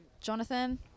jonathan